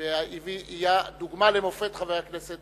היווה דוגמה ומופת חבר הכנסת